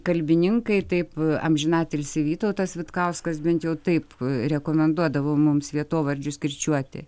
kalbininkai taip amžinatilsį vytautas vitkauskas bent jau taip rekomenduodavo mums vietovardžius kirčiuoti